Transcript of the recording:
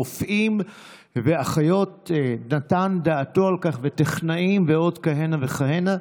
רופאים ואחיות וטכנאים ועוד כהנה וכהנה.